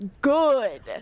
good